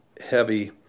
heavy